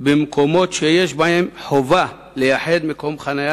במקומות שיש בהם חובה לייחד מקום חנייה